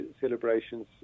celebrations